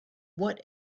what